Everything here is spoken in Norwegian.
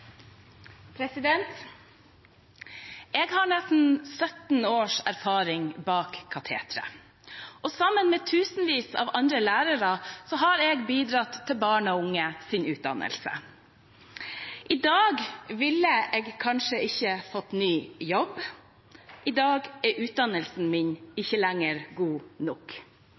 Jeg har nesten 17 års erfaring bak kateteret, og sammen med tusenvis av andre lærere har jeg bidratt til barn og unges utdannelse. I dag ville jeg kanskje ikke fått ny jobb. I dag er utdannelsen min ikke lenger god nok,